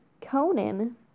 Conan